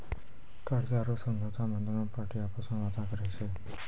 कर्जा रो समझौता मे दोनु पार्टी आपस मे वादा करै छै